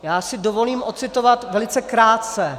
Já si dovolím ocitovat velice krátce...